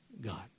God